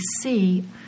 see